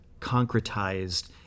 concretized